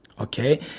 okay